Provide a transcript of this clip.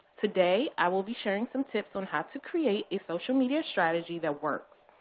today i will be sharing some tips on how to create a social media strategy that works.